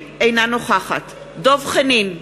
אינה נוכחת דב חנין,